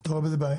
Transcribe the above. אתה רואה בזה בעיה?